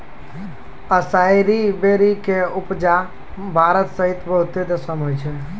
असाई वेरी के उपजा भारत सहित बहुते देशो मे होय छै